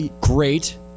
Great